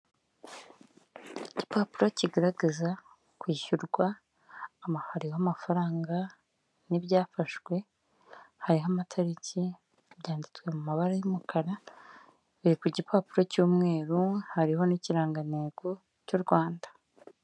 Igipapuro kigaragaza kwishyurwa hariho amafaranga n'ibyafashwe hari amatariki byanditswe mu mabara y'umukara biri ku gipapuro cy'umweru hariho n'ikirangantego cy'u Rwanda.